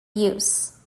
use